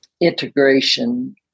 integration